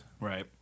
Right